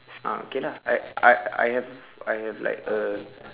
ah okay lah I I I have I have like a